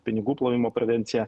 pinigų plovimo prevenciją